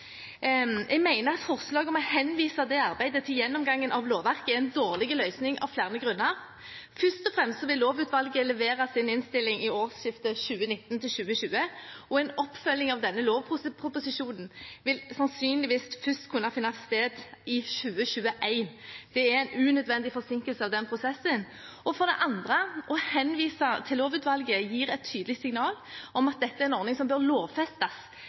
Jeg mener at forslaget om å henvise det arbeidet til gjennomgangen av lovverket er en dårlig løsning av flere grunner. Først og fremst vil lovutvalget levere sin innstilling i årsskiftet 2019–2020, og en oppfølging av denne lovproposisjonen vil sannsynligvis først kunne finne sted i 2021. Det er en unødvendig forsinkelse av den prosessen. For det andre: Å henvise til lovutvalget gir et tydelig signal om at dette er en ordning som bør lovfestes,